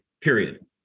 Period